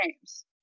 games